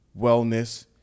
wellness